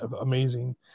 amazing